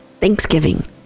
Thanksgiving